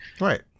Right